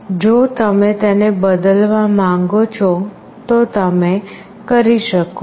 જો તમે તેને બદલવા માંગો છો તો તમે કરી શકો છો